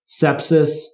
sepsis